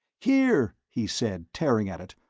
here, he said, tearing at it,